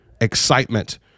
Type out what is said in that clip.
excitement